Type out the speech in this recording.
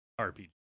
RPG